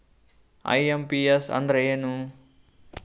IMPS ಅಂದ್ರ ಏನು?